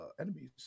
enemies